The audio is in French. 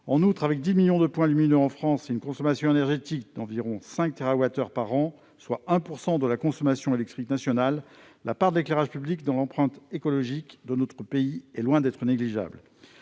En outre, avec 10 millions de points lumineux en France et une consommation énergétique d'environ 5 térawattheures par an, soit 1 % de la consommation électrique nationale, la part de l'éclairage public dans l'empreinte écologique de notre pays est loin d'être négligeable.